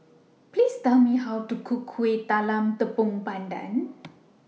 Please Tell Me How to Cook Kueh Talam Tepong Pandan